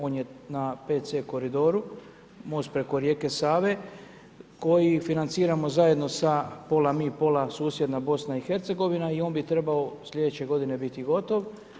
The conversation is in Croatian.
On je na P.C. koridoru, most preko rijeke Save, koji financiramo zajedno sa pola mi, pola susjedna BIH i on bi trebao slijedeće g. biti gotov.